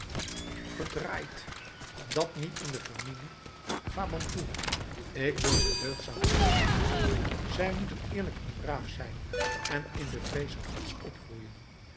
verd dat niet in de familie fabantou ik wil ze deugdzaam opvoeden zij moeten eerlijk en braaf zijn en in de vreeze gods opgroeien